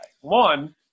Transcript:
One